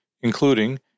including